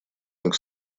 как